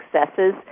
successes